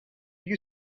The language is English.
you